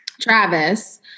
Travis